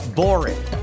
boring